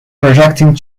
projecting